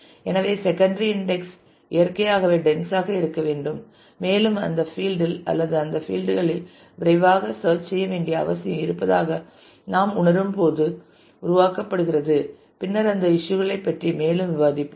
எனவே secondary index இயற்கையாகவே dense ஆக இருக்க வேண்டும் மேலும் அந்தத் பீல்ட் இல் அல்லது அந்தத் பீல்ட் களில் விரைவாகத் சேர்ச் செய்ய வேண்டிய அவசியம் இருப்பதாக நாம் உணரும்போது உருவாக்கப்படுகிறது பின்னர் அந்த இஸ்யூ களை பற்றி மேலும் விவாதிப்போம்